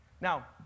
Now